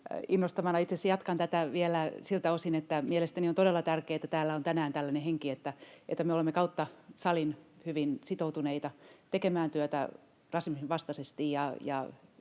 asiassa jatkan tätä vielä siltä osin, että mielestäni on todella tärkeätä, että täällä on tänään tällainen henki, että me olemme kautta salin hyvin sitoutuneita tekemään työtä rasismin vastaisesti